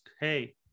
hey